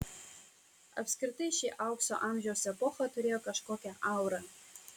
apskritai ši aukso amžiaus epocha turėjo kažkokią aurą